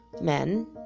men